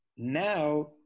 Now